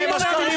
מי מנע מכם.